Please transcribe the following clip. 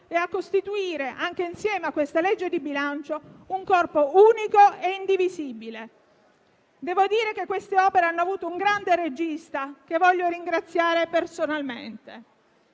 e costituire, anche insieme a questa manovra di bilancio, un corpo unico e indivisibile. Queste opere hanno avuto un grande regista, che voglio ringraziare personalmente: